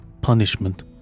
punishment